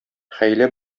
хәйлә